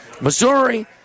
Missouri